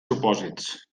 supòsits